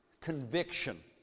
conviction